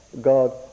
God